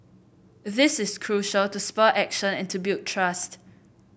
this is crucial to spur action and to build trust